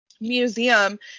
museum